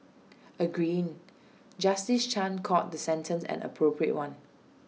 agreeing justice chan called the sentence an appropriate one